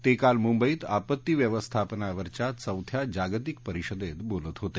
ते काल मुंबईत आपत्ती व्यवस्थापनावरच्या चौथ्या जागतिक परिषदेत बोलत होते